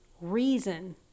reason